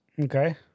Okay